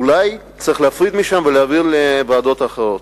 אולי צריך להפריד ולהעביר לוועדות אחרות.